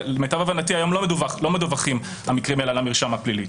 למיטב הבנתי המקרים האלה לא מדווחים למרשם הפלילי.